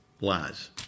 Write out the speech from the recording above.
lies